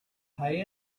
pay